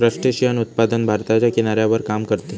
crustacean उत्पादन भारताच्या किनाऱ्यावर काम करते